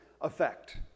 effect